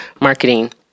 marketing